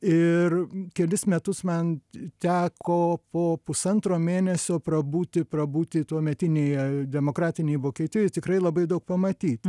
ir kelis metus man teko po pusantro mėnesio prabūti prabūti tuometinėje demokratinėj vokietijoj tikrai labai daug pamatyt